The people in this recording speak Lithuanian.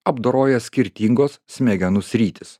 apdoroja skirtingos smegenų sritys